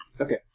Okay